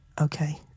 okay